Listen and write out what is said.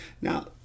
Now